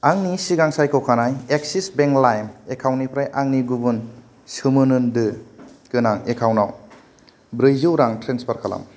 आंनि सिगां सायख'खानाय एक्सिस बेंक लाइम एकाउन्ट निफ्राय आंनि गुबुन सोमोन्दो गोनां एकाउन्टाव ब्रैजौ रां ट्रेन्सफार खालाम